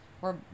We're-